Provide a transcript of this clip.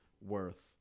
worth